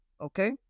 Okay